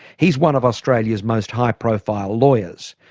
he's one of australia's most high profile lawyers,